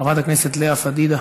חברת הכנסת לאה פדידה,